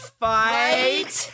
fight